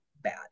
bad